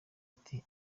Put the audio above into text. ati